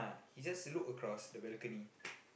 he just look across the balcony